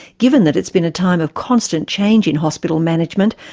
given that it's been a time of constant change in hospital management,